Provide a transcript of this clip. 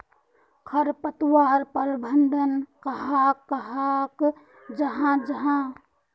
खरपतवार प्रबंधन कहाक कहाल जाहा जाहा?